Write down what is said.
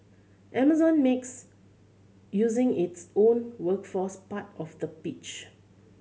Amazon makes using its own workforce part of the pitch